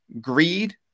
greed